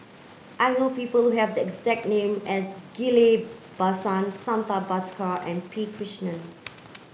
I know people have the exact name as Ghillie Basan Santha Bhaskar and P Krishnan